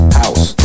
house